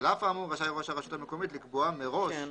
על אף האמור רשאי ראש הרשות המקומית לקבוע, מראש,